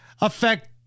affect